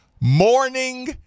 Morning